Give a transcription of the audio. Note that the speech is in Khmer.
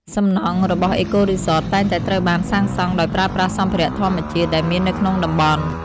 សំណង់របស់ អេកូរីសត តែងតែត្រូវបានសាងសង់ដោយប្រើប្រាស់សម្ភារៈធម្មជាតិដែលមាននៅក្នុងតំបន់។